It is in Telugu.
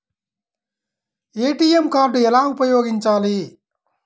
ఏ.టీ.ఎం కార్డు ఎలా ఉపయోగించాలి?